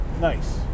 Nice